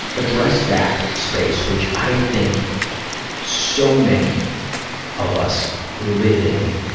address that space, which i think so many of us live in.